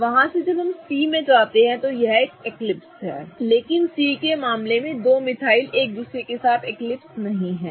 वहां से जब हम C जाते हैं C एक एक्लिप्स है लेकिन C के मामले में 2 मिथाइल एक दूसरे के साथ एक्लिप्सबनहीं कर रहे हैं